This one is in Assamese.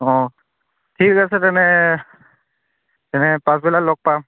অ ঠিক আছে তেনে তেনে পাছবেলা লগ পাম